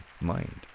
mind